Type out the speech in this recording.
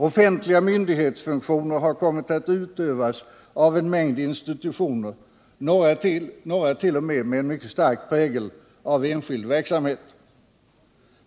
Offentliga myndighetsfunktioner har kommit att utövas av en mängd institutioner, några t.o.m. med mycket stark prägel av enskild verksamhet.